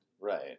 Right